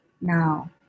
now